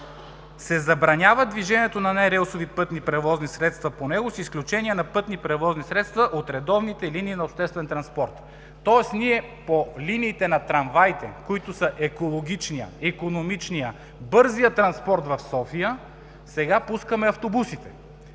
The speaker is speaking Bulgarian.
се забранява движението на нерелсови пътни превозни средства по него, с изключение на пътни превозни средства от редовните линии на обществения транспорт.“ Следователно по линиите на трамваите, които са екологичният, икономичният, бързият транспорт в София, сега пускаме автобусите,